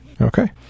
Okay